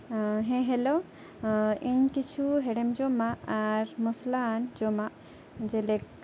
ᱦᱮᱸ ᱦᱮᱞᱳ ᱤᱧ ᱠᱤᱪᱷᱩ ᱦᱮᱲᱮᱢ ᱡᱚᱢᱟᱜ ᱟᱨ ᱢᱚᱥᱞᱟ ᱡᱚᱢᱟᱜ ᱡᱮᱞᱮᱠᱟ